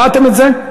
שמעתם את זה?